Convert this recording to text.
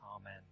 Amen